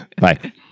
Bye